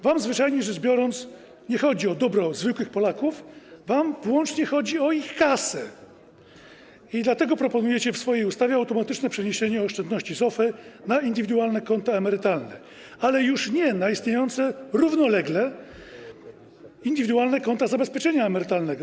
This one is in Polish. Wam, zwyczajnie rzecz biorąc, nie chodzi o dobro zwykłych Polaków, wam chodzi wyłącznie o ich kasę, dlatego proponujecie w swojej ustawie automatyczne przeniesienie oszczędności z OFE na indywidualne konta emerytalne, ale już nie na istniejące równolegle indywidualne konta zabezpieczenia emerytalnego.